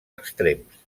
extrems